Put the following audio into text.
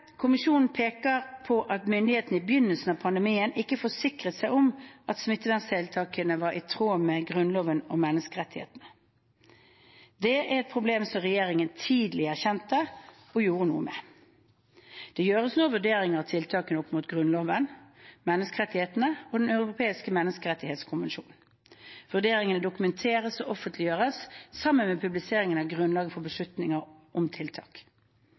Kommisjonen peker på at myndighetene i begynnelsen av pandemien ikke forsikret seg om at smitteverntiltakene var i tråd med Grunnloven og menneskerettighetene. Dette er et problem som regjeringen tidlig erkjente og gjorde noe med. Det gjøres nå vurderinger av tiltakene opp mot Grunnloven, menneskerettighetene og den europeiske menneskerettskonvensjonen Vurderingene dokumenteres og offentligjøres sammen med publisering av grunnlaget for beslutninger om tiltak.